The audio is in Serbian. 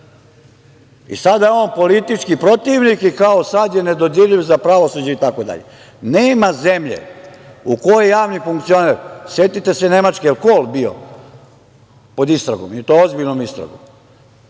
i sada je on politički protivnik, i kao sad je nedodirljiv za pravosuđe itd. Nema zemlje u kojoj javni funkcioner, setite se Nemačke, jel Kol bio pod istragom i to ozbiljnom istragom?